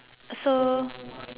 so